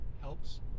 helps